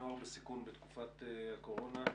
בנוער בסיכון בתקופת הקורונה.